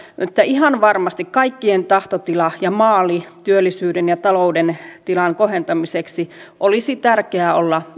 että ihan varmasti kaikkien tahtotilan ja maalin työllisyyden ja talouden tilan kohentamiseksi olisi tärkeää olla